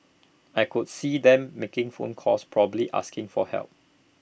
I could see them making phone calls probably asking for help